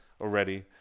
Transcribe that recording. already